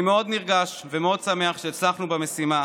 אני מאוד נרגש ומאוד שמח שהצלחנו במשימה.